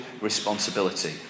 responsibility